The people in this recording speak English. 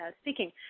speaking